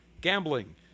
gambling